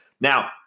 Now